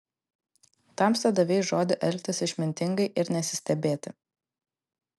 tamsta davei žodį elgtis išmintingai ir nesistebėti